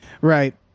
Right